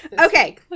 okay